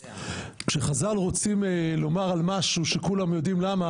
כשחז"ל רוצים לומר על משהו שכולם יודעים למה